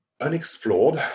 unexplored